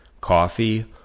coffee